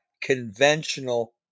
conventional